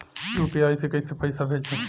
UPI से कईसे पैसा भेजब?